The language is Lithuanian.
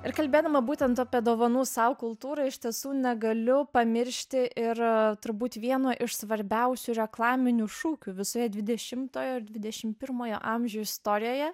ir kalbėdama būtent apie dovanų sau kultūrą iš tiesų negaliu pamiršti ir turbūt vieno iš svarbiausių reklaminių šūkių visoje dvidešimtojo ir dvidešim pirmojo amžių istorijoje